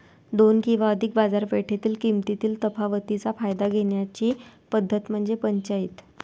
दोन किंवा अधिक बाजारपेठेतील किमतीतील तफावतीचा फायदा घेण्याची पद्धत म्हणजे पंचाईत